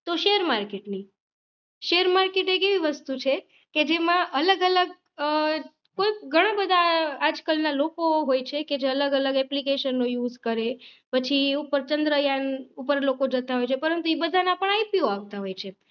તો શેર માર્કેટની share market એક એવી વસ્તુ છે કે જેમાં અલગ અલગ ઘણાં બધાં આજકલના લોકો હોય છે કે જે અલગ અલગ એપ્લિકેશન નો યુઝ કરે પછી ઉપર ચંદ્રયાન ઉપર લોકો જતાં હોય છે પરંતુ એ બધાના પણ આઈપીઓ આવતા હોય છે